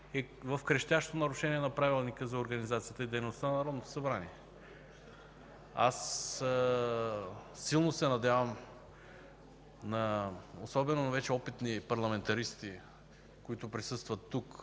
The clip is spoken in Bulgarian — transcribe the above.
е в крещящо нарушение на Правилника за организацията и дейността на Народното събрание. Аз силно се надявам, особено на вече опитни парламентаристи-юристи, които присъстват тук